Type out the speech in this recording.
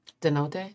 Denote